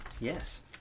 Yes